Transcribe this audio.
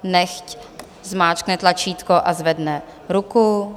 Nechť zmáčkne tlačítko a zvedne ruku.